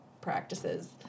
practices